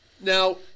Now